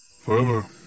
Forever